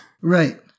Right